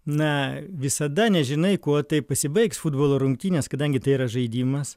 na visada nežinai kuo tai pasibaigs futbolo rungtynės kadangi tai yra žaidimas